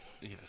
Yes